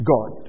God